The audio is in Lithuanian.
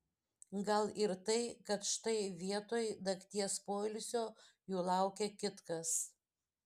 gal ir tai kad štai vietoj nakties poilsio jų laukia kitkas